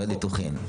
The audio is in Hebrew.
לניתוחים,